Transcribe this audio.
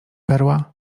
perła